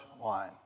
wine